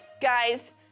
guys